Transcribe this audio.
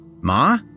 Ma